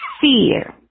fear